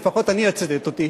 לפחות אני אצטט אותי,